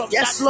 Yes